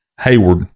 Hayward